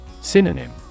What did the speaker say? Synonym